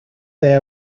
they